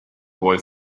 boy